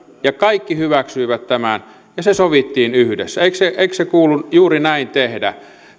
ja kaikki hyväksyivät tämän ja se sovittiin yhdessä eikö eikö kuulu juuri näin tehdä